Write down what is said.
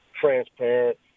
transparent